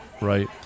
right